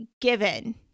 given